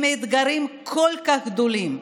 עם אתגרים כל כך גדולים,